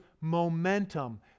momentum